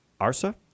Arsa